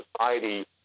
society